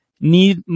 need